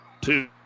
two